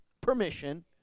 permission